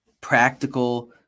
practical